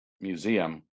museum